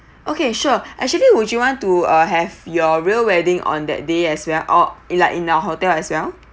okay sure actually would you want to uh have your real wedding on that day as well or in our in our hotel as well